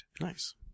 Nice